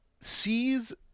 sees